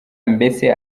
mbere